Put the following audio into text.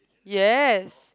yes